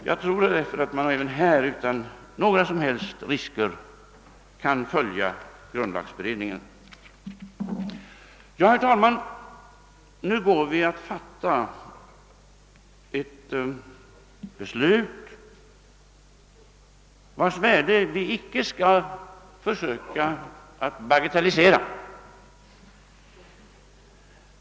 Jag tror därför att man även på denna punkt utan några som helst risker kan följa grundlagberedningens förslag. Herr talman! Nu går vi att fatta ett beslut, vars värde vi icke skall försöka bagatellisera.